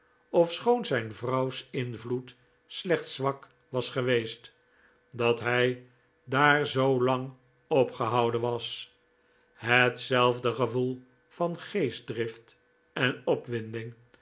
ofschoon zijn vrouws invloed slechts zwak was geweest dat hij daar zoo lang opgehouden was hetzelfde gevoel van geestdrift en opwinding